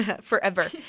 forever